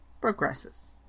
progresses